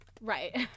Right